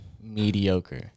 mediocre